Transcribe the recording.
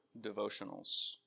devotionals